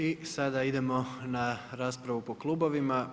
I sada idemo na raspravu po klubovi.